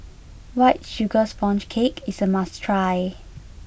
white sugar sponge cake is a must try